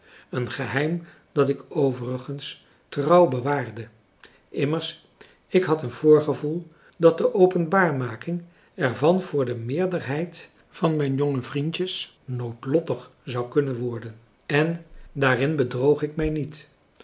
een geheim dat ik overigens trouw bewaarde immers ik had een voorgevoel dat de openbaarmaking er van voor de meerderheid van mijn jonge vriendjes noodlottig zou kunnen worden en daarin bedroog ik mij niet